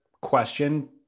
question